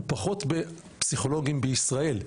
החוסר הוא פחות בפסיכולוגים בישראל,